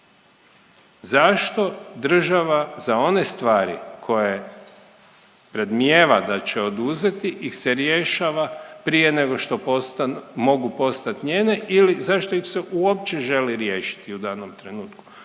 zašto država za one stvari koje predmnijeva da će se oduzeti ih se rješava prije nego mogu postat njene ili zašto ih se uopće želi riješiti u danom trenutku